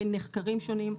בין נחקרים שונים.